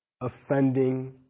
offending